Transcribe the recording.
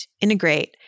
integrate